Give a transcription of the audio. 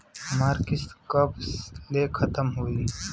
हमार किस्त कब ले खतम होई?